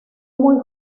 muy